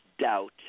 doubt